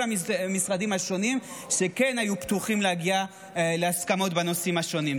המשרדים השונים שהיו פתוחים להגיע להסכמות בנושאים השונים.